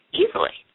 easily